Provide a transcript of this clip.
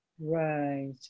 Right